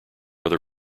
other